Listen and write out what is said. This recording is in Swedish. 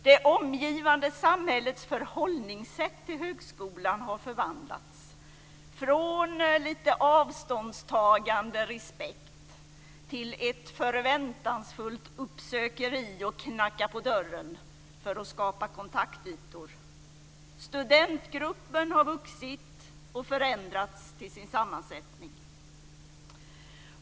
Det omgivande samhällets förhållningssätt till högskolan har förvandlats, från lite avståndstagande respekt till ett förväntansfullt uppsökeri och "knacka på dörren" för att skapa kontaktytor. Studentgruppen har vuxit och förändrats till sin sammansättning.